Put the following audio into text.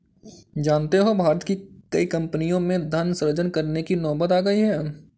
जानते हो भारत की कई कम्पनियों में धन सृजन करने की नौबत आ गई है